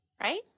right